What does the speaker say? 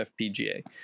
FPGA